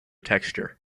texture